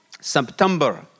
September